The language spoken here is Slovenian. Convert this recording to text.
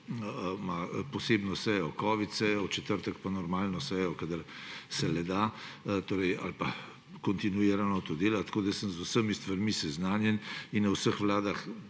posebno covid sejo, v četrtek pa normalno sejo, kadar se le da ali pa kontinuirano to dela, tako da sem z vsemi stvarmi seznanjen in na vseh sejah